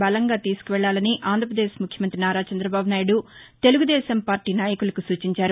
బలంగా తీసుకెళ్ళాలని ఆంధ్రప్రదేశ్ ముఖ్యమంతి నారా చంద్రబాబునాయుడు తెలుగుదేశం పార్లీ నాయకులకు నూచించారు